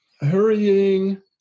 hurrying